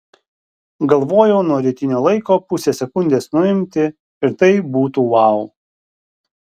galvojau nuo rytinio laiko pusę sekundės nuimti ir tai būtų vau